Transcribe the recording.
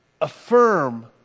affirm